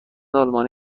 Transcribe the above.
آلمان